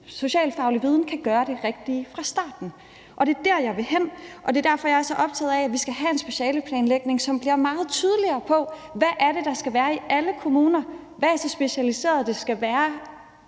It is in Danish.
socialfaglig viden kan gøre det rigtige fra starten. Det er der, jeg vil hen, og det er derfor, jeg er så optaget af, at vi skal have en specialeplanlægning, som bliver meget tydeligere på, hvad det er, der skal være i alle kommuner, hvad der er så specialiseret, at det skal være